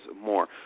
More